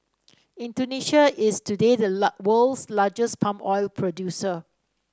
Indonesia is today the world's largest palm oil producer